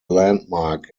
landmark